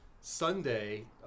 Sunday